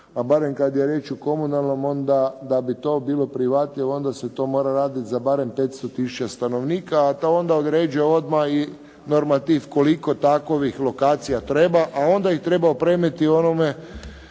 pa barem kad je riječ o komunalnom onda da bi to bilo prihvatljivo onda se to mora raditi za barem 500 tisuća stanovnika a to onda određuje odmah i normativ koliko takovih lokacija treba a onda ih treba opremiti u onome